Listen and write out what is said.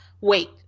wait